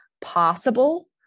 possible